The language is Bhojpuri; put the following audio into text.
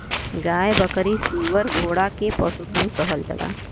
गाय बकरी सूअर घोड़ा के पसुधन कहल जाला